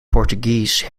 portuguese